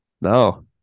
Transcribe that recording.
No